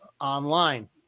online